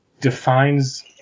defines